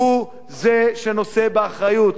הוא זה שנושא באחריות.